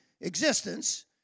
existence